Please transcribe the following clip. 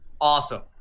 Awesome